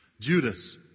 Judas